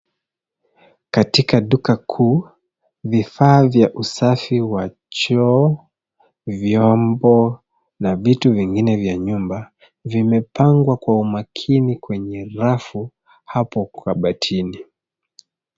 Katika duka kuu, vifaa vya usafi wa choo, vyombo, na vitu vingine vya nyumba, vimepangwa kwa umakini, kwenye rafu hapo kabatini.